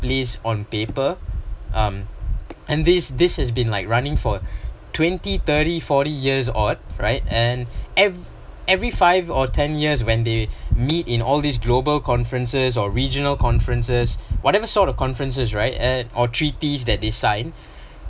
place on paper um and this this has been like running for twenty thirty forty years odd right and ev~ every five or ten years when they meet in all these global conferences or regional conferences whatever sort of conferences right at or treaties that they sign